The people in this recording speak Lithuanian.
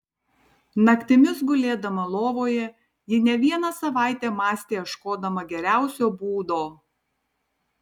naktimis gulėdama lovoje ji ne vieną savaitę mąstė ieškodama geriausio būdo